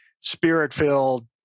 spirit-filled